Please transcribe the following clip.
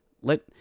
Let